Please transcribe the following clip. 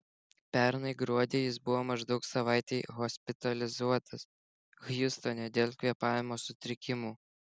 pernai gruodį jis buvo maždaug savaitei hospitalizuotas hjustone dėl kvėpavimo sutrikimų